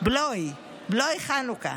בלוי חנוכה.